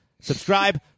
Subscribe